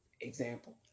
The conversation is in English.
Example